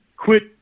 quit